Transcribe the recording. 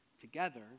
together